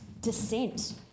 dissent